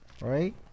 right